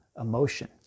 emotion